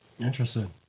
interesting